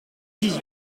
dix